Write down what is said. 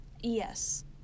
Yes